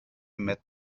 met